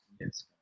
Yes